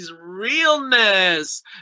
realness